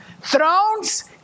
thrones